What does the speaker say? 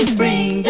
Spring